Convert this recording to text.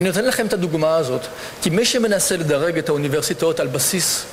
אני נותן לכם את הדוגמה הזאת, כי מי שמנסה לדרג את האוניברסיטאות על בסיס